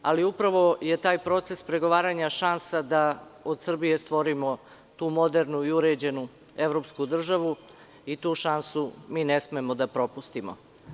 Ali, upravo je taj proces pregovaranja šansa da od Srbije stvorimo tu modernu i uređenu evropsku državu i tu šansu mi ne smemo da propustimo.